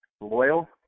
loyal